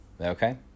Okay